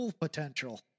potential